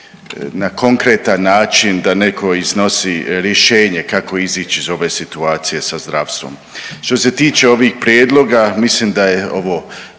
na konkretan način da neko iznosi rješenje kako izići iz ove situacije sa zdravstvom. Što se tiče ovih prijedloga mislim da je ovo